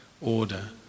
order